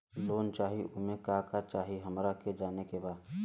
Loan चाही उमे का का चाही हमरा के जाने के बा?